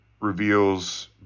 reveals